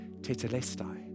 tetelestai